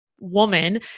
woman